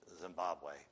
Zimbabwe